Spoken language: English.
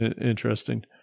interesting